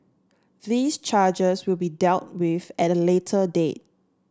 these charges will be dealt with at a later date